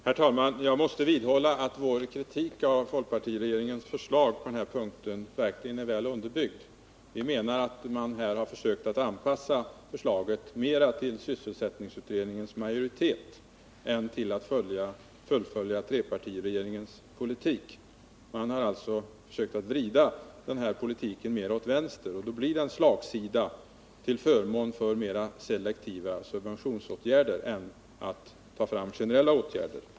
Herr talman! Jag måste vidhålla att vår kritik av folkpartiregeringens förslag på den här punkten verkligen är väl underbyggd. Vi menar att man här har försökt att anpassa förslaget mer till sysselsättningsutredningens majoritet än till strävan att fullfölja trepartiregeringens politik. Regeringen har alltså försökt vrida den politiken mer åt vänster, och då blir det en slagsida till förmån för mera selektiva subventionsåtgärder i förhållande til! generella åtgärder.